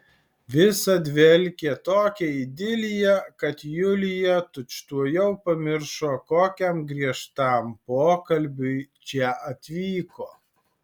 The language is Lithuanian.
visa dvelkė tokia idilija kad julija tučtuojau pamiršo kokiam griežtam pokalbiui čia atvyko